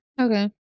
Okay